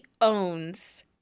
owns